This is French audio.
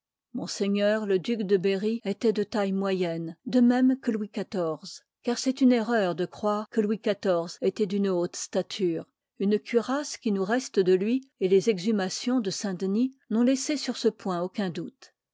poignard ms le duc de berry étoit de taille moyenne de même que louis xiv u part car c est une erreur de croire que louis xiv liv ii ëtoit d'une haute stature une cuirasse qui nous reste dé'ïùîv et leis exhumations de saint-denis n'ont laisisé sur ce point aucun doute